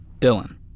Dylan